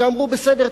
שאמרו: בסדר,